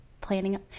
planning